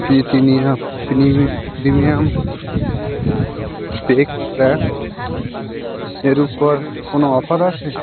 Britannia premium bake rusk এর উপর কোনো অফার আছে